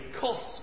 cost